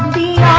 the